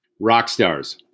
Rockstars